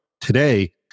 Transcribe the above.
today